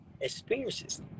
experiences